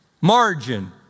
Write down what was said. margin